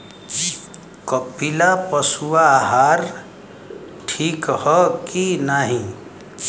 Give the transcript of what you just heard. कपिला पशु आहार ठीक ह कि नाही?